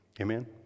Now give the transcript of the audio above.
Amen